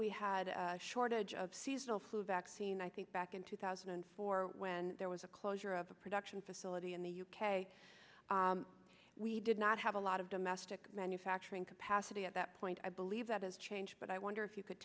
we had a shortage of seasonal flu vaccine i think back in two thousand and four when there was a closure of a production facility in the u k we did not have a lot of domestic manufacturing capacity at that point i below leave that is change but i wonder if you could